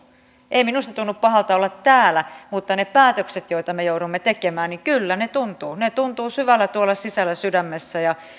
ei minusta tunnu pahalta olla täällä mutta ne päätökset joita me joudumme tekemään kyllä tuntuvat ne tuntuvat syvällä tuolla sisällä sydämessä